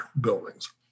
buildings